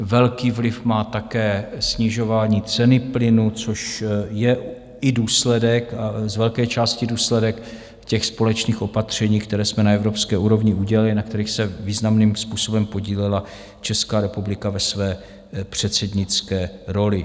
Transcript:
Velký vliv má také snižování ceny plynu, což je i z velké části důsledek společných opatření, která jsme na evropské úrovni udělali, na kterých se významným způsobem podílela Česká republika ve své předsednické roli.